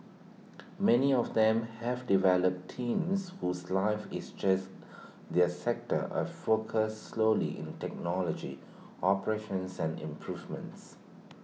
many of them have developed teams whose life is just their sector A focus solely technology operations and improvements